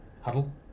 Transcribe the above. Huddle